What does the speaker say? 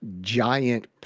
giant